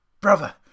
brother